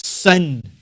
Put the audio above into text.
Sin